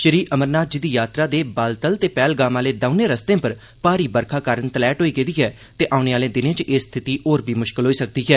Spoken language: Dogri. श्री अमरनाथ जी दी यात्रा दे बालतल ते पैहलगाम आहले दौने रस्ते उप्पर भारी बरखा कारण तलैहट होई गेदी ऐ ते औने आहले दिनें च एह् स्थिति होर बी मुश्कल होई सकदी ऐ